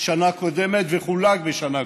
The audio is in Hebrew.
בשנה קודמת וחולק בשנה קודמת.